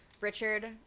Richard